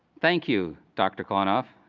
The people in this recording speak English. thank you, dr. klonoff.